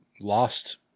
lost